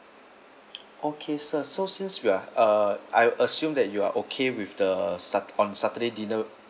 okay sir so since we are uh I assume that you are okay with the sat~ on saturday dinner